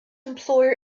employer